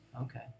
Okay